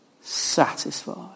Satisfied